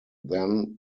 then